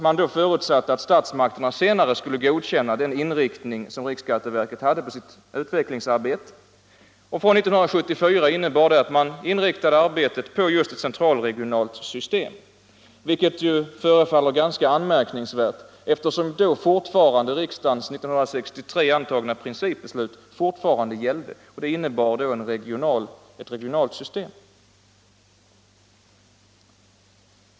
Man förutsatte då att statsmakterna senare skulle godkänna den inriktning som riksskatteverket hade i sitt arbete. Från 1974 innebar detta att man inriktade arbetet på just ett central/regionalt system, vilket förefaller ganska anmärkningsvärt eftersom riksdagens år 1963 antagna principbeslut då fortfarande gällde: Det innebar ett regionalt system.